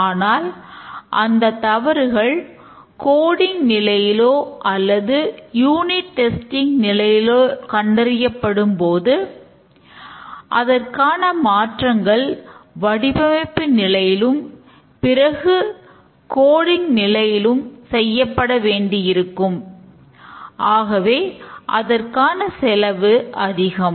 ஆனால் அந்த தவறுகள் கோடிங் நிலையிலும் செய்யப்பட வேண்டியிருக்கும் எனவே அதற்கான செலவு அதிகம்